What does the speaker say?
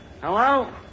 Hello